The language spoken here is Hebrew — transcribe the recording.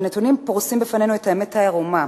הנתונים פורסים בפנינו את האמת העירומה: